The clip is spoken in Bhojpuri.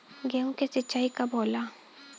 गेहूं के सिंचाई कब होला?